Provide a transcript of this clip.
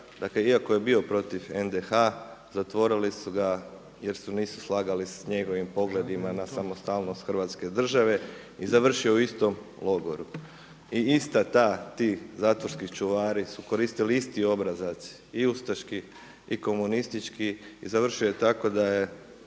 dakle iako je bio protiv NDH zatvorili su ga jer se nisu slagali s njegovim pogledima na samostalnost Hrvatske države i završio je u istom logoru. I isti ti zatvorski čuvari su koristili isti obrazac i ustaški i komunistički i završio je tako da se